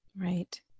Right